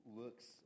looks